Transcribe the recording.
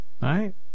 right